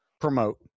promote